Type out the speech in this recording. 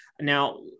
now